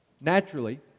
Naturally